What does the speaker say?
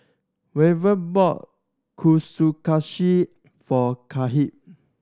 Weaver bought for Kahlil